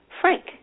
Frank